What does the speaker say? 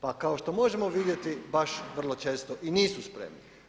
Pa kao što možemo vidjeti baš vrlo često i nisu spremni.